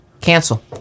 cancel